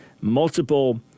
multiple